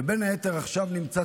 ובין היתר עכשיו נמצא